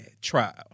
trial